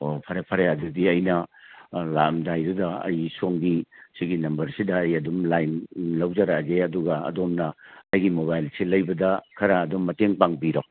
ꯑꯣ ꯐꯔꯦ ꯐꯔꯦ ꯑꯗꯨꯗꯤ ꯑꯩꯅ ꯂꯥꯛꯑꯝꯗꯥꯏꯗꯨꯗ ꯑꯩ ꯁꯣꯝꯒꯤ ꯁꯤꯒꯤ ꯅꯝꯕꯔꯁꯤꯗ ꯑꯩ ꯑꯗꯨꯝ ꯂꯥꯏꯟ ꯂꯧꯖꯔꯛꯑꯒꯦ ꯑꯗꯨꯒ ꯑꯗꯣꯝꯅ ꯑꯩꯒꯤ ꯃꯣꯕꯥꯏꯜꯁꯤ ꯂꯩꯕꯗ ꯈꯔ ꯑꯗꯨꯝ ꯃꯇꯦꯡ ꯄꯥꯡꯕꯤꯔꯣ